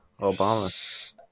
Obama